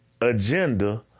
agenda